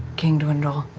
king dwendal,